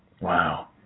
Wow